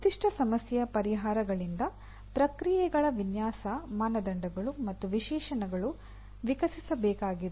ನಿರ್ದಿಷ್ಟ ಸಮಸ್ಯೆಯ ಪರಿಹಾರಗಳಿಂದಪ್ರಕ್ರಿಯೆಗಳ ವಿನ್ಯಾಸ ಮಾನದಂಡಗಳು ಮತ್ತು ವಿಶೇಷಣಗಳನ್ನು ವಿಕಸಿಸಬೇಕಾಗಿದೆ